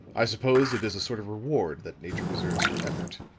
i suppose it is a sort of reward that nature reserves for effort.